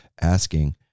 asking